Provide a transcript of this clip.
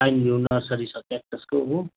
पाइन view nursery छ क्याक्टसको हो